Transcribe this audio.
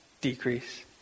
decrease